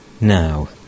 Now